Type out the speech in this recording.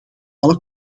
alle